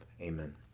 Amen